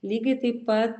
lygiai taip pat